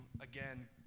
again